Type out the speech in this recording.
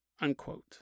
unquote